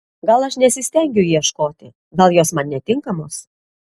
gal aš nesistengiu ieškoti gal jos man netinkamos